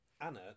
anna